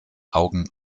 augen